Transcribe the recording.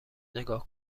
نگاه